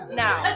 now